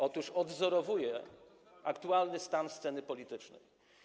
Otóż odwzorowuje ona aktualny stan sceny politycznej.